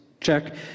Check